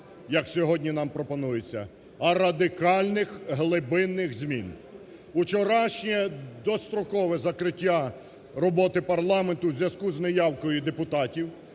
як сьогодні нам пропонується, а радикальних глибинних змін. Учорашнє дострокове закриття роботи парламенту у зв'язку із неявною депутатів